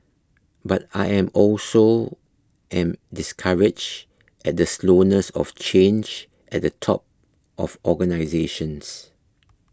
but I am also discourage at the slowness of change at the top of organisations